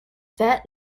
that